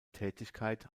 tätigkeit